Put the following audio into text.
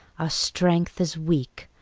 our strength as weak,